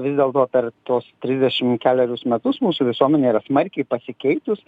vis dėlto per tuos trisdešim kelerius metus mūsų visuomenė yra smarkiai pasikeitus